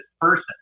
person